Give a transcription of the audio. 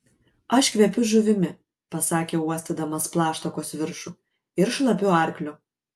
aš kvepiu žuvimi pasakė uostydamas plaštakos viršų ir šlapiu arkliu